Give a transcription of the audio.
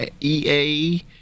EA